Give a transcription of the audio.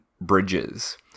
Bridges